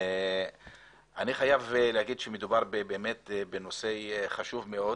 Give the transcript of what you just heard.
אני חייב לומר שמדובר בנושא חשוב מאוד,